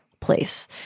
place